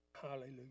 Hallelujah